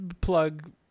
plug